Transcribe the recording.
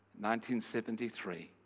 1973